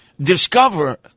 discover